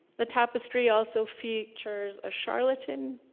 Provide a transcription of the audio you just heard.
the tapestry also features a charlatan.